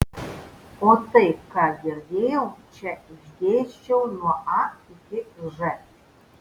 o tai ką girdėjau čia išdėsčiau nuo a iki ž